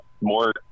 more